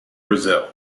brazil